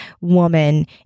woman